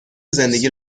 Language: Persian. زندگی